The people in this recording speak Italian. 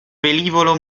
velivolo